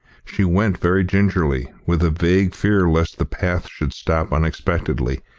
she went very gingerly, with a vague fear lest the path should stop unexpectedly,